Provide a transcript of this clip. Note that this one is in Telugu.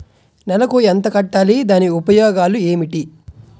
నెలకు ఎంత కట్టాలి? దాని ఉపయోగాలు ఏమిటి?